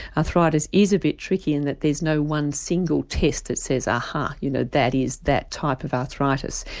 arthritis is a bit tricky in that there's no one single test that says ah ha, you know that is that type of arthritis.